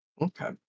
Okay